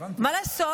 מה לעשות?